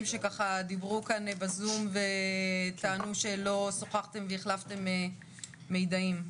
שדיברו כאן בזום וטענו שלא שוחחתם והחלפתם מידעים.